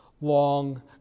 long